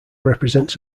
represents